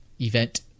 event